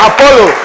Apollo